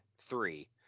three